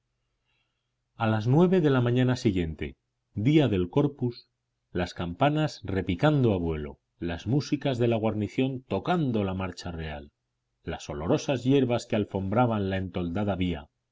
a las nueve de la mañana siguiente día del corpus las campanas repicando a vuelo las músicas de la guarnición tocando la marcha real las olorosas hierbas que alfombraban la entoldada vía